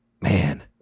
man